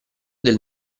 del